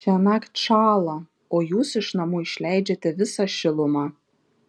šiąnakt šąla o jūs iš namų išleidžiate visą šilumą